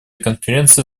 конференции